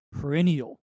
perennial